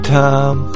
time